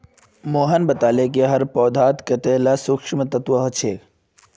मोहन बताले कि हर पौधात कतेला सूक्ष्म पोषक तत्व ह छे